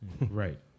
Right